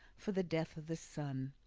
for the death of the sun.